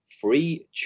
Free